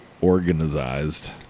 organized